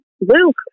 Luke